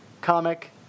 comic